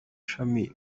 shami